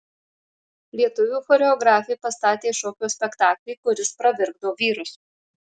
lietuvių choreografė pastatė šokio spektaklį kuris pravirkdo vyrus